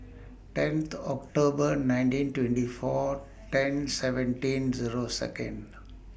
tenth October nineteen twenty four ten seventeen Zero Second